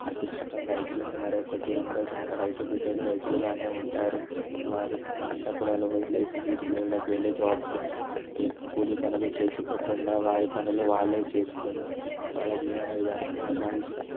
అదృష్టం రైతులకు మరొకటి ఉండదు ఇంక రైతుబిడ్డలు రైతులులానే ఉంటారు వారి పంటపొలాలు వదిలేసి సిటీలకు వెళ్ళి జాబ్స్ ఏ కూలిపనులు చేసుకోకుండా వారి పనులు వాళ్ళే చేసుకుని వాళ్ళ జీవన విధానాన్ని కొనసాగిస్తారు